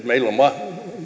meillä on